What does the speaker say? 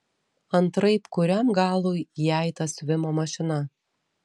antraip kuriam galui jai ta siuvimo mašina